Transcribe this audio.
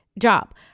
job